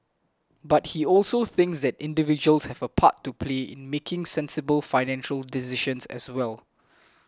but he also thinks that individuals have a part to play in making sensible financial decisions as well